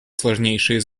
сложнейшие